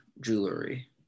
jewelry